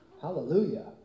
Hallelujah